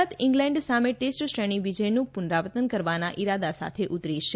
Bharat England સામે test શ્રેણી વિજયનું પુનરાવર્તન કરવાના ઇરાદા સાથે ઉતરશે